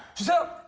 so